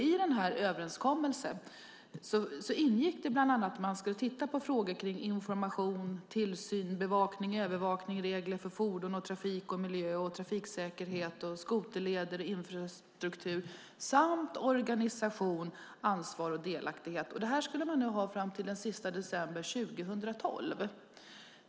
I denna överenskommelse ingick bland annat att man skulle titta på frågor kring information, tillsyn, bevakning, övervakning, regler för fordon, trafik och miljö, trafiksäkerhet, skoterleder, infrastruktur samt organisation, ansvar och delaktighet. Detta skulle man ha fram till den sista december 2012.